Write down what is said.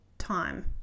time